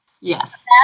Yes